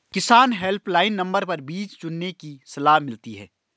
किसान helpline number पर बीज चुनने की सलाह मिलती है